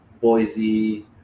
Boise